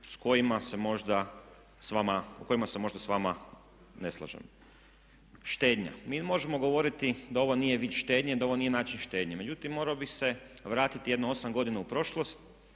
s kojima se možda s vama ne slažem. Štednja, mi možemo govoriti da ovo nije vid štednje, da ovo nije način štednje. Međutim, morao bih se vratiti jedno 8 godina u prošlost